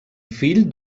fill